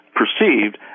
perceived